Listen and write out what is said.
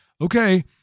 Okay